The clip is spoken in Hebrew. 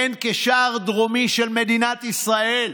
הן כשער הדרומי של מדינת ישראל.